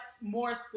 more